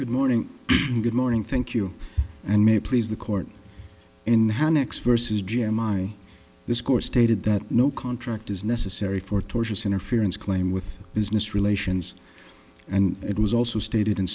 good morning good morning thank you and may please the court in hand next verses jeremih this course stated that no contract is necessary for tortious interference claim with business relations and it was also stated in